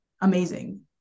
amazing